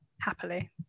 happily